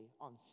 On